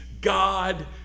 God